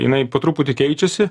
jinai po truputį keičiasi